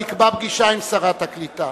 תקבע פגישה עם שרת הקליטה.